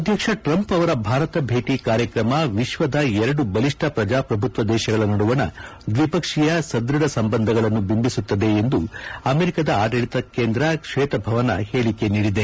ಅಧ್ವಕ್ಷ ಟ್ರಂಪ್ ಅವರ ಭಾರತ ಭೇಟಿ ಕಾರ್ಯಕ್ರಮ ವಿಶ್ವದ ಎರಡು ಬಲಿಷ್ಠ ಪ್ರಜಾಪ್ರಭುತ್ವ ದೇಶಗಳ ನಡುವಣ ದ್ವಿಪಕ್ಷೀಯ ಸದೃಢ ಸಂಬಂಧಗಳನ್ನು ಬಿಂಬಿಸುತ್ತದೆ ಎಂದು ಅಮೆರಿಕದ ಆಡಳಿತ ಕೇಂದ್ರ ಶ್ವೇತಭವನ ಹೇಳಿಕೆ ನೀಡಿದೆ